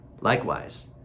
Likewise